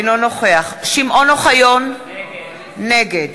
אינו נוכח שמעון אוחיון, נגד